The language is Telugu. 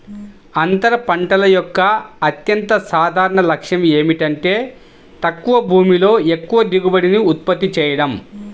అంతర పంటల యొక్క అత్యంత సాధారణ లక్ష్యం ఏమిటంటే తక్కువ భూమిలో ఎక్కువ దిగుబడిని ఉత్పత్తి చేయడం